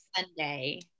Sunday